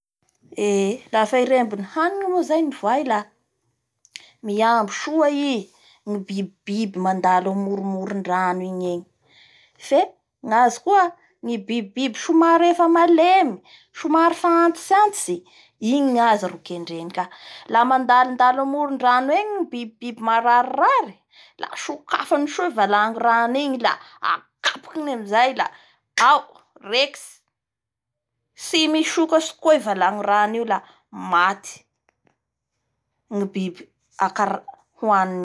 Eee afa hiremby ny haniny moa zay ny voay ka miamby soa i ny bibibiby mandalo amoromorondrano igny egny fe gnazy koa ny bibibiby somary efa malemy somay fa antitsantitsy igny azy ro kendreny ka la mandalondalo amorindrano egny ny bibibiby mararirary la sokafany soa i valangorany igny la akapokiny amizay la ao, rekitsy tsy misokatsy koa i valangorany io maty ny bibi akjara-hoaniny.